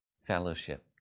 fellowship